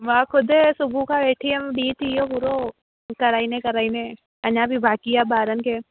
मां खुदि सुबुह खां वेठी हुयमि ॾींहुं थी वियो पूरो कराईंदे कराईंदे अञा बि बाक़ी आहे ॿारनि खे